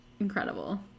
incredible